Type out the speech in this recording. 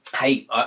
hey